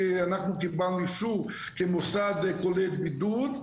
כי קבלנו אישור של מוסד קולט בידוד.